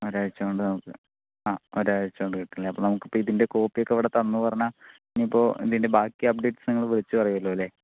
ഒരാഴ്ചകൊണ്ട് നമുക്ക് ആ ഒരാഴ്ചകൊണ്ട് കിട്ടുംലെ നമുക്ക് ഇതിൻ്റെ കോപ്പിയൊക്കെ ഇവിടെ തന്നുന്നു പറഞ്ഞാൽ ഇതിപ്പോ ഇതിൻ്റെ ബാക്കി അപ്ഡേറ്റിസൊക്കെ വിളിച്ചു പറയല്ലോലെ